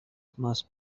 must